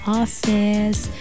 office